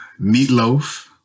meatloaf